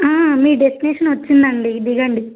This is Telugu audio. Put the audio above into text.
మీ డెస్టినేేషన్ వచ్చిందండి దిగండి